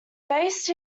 based